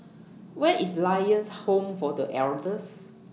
Where IS Lions Home For The Elders